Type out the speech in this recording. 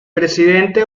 presidente